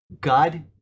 God